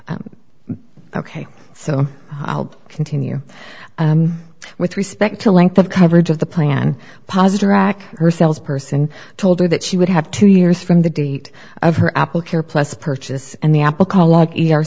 ok so i'll continue with respect to length of coverage of the plan positive rack her sales person told her that she would have two years from the date of her apple care plus purchase and the apple call